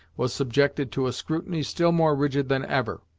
was subjected to a scrutiny still more rigid than ever.